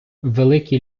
великі